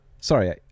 Sorry